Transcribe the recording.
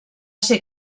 ser